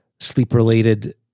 Sleep-related